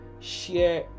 share